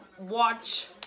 Watch